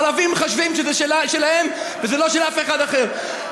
הערבים חושבים שזה שלהם וזה לא של אף אחד אחר.